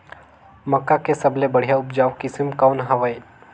मक्का के सबले बढ़िया उपजाऊ किसम कौन हवय?